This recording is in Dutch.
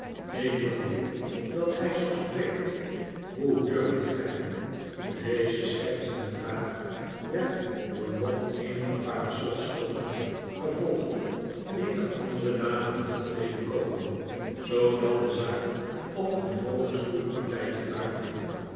ik wil niet dat gij zoo spreekt hoe durft gij deze schertsende vraag werd door nog eenige parasolstooten gevolgd die de andere dame te hulp deden komen zoodat de zaak op een vroolijk stoeipartijtje uitliep